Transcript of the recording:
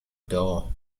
door